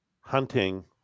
hunting